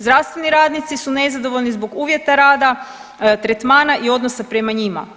Zdravstveni radnici su nezadovoljni zbog uvjeta rada, tretmana i odnosa prema njima.